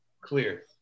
Clear